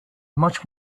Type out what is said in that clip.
much